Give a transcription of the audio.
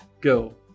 go